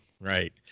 right